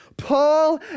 Paul